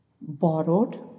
borrowed